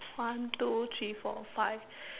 one two three four five